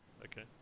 Okay